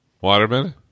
waterman